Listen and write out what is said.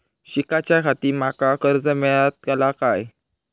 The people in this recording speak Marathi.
शिकाच्याखाती माका कर्ज मेलतळा काय?